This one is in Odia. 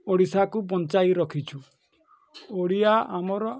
ଓଡ଼ିଶାକୁ ବଞ୍ଚାଇ ରଖିଛୁ ଓଡ଼ିଆ ଆମର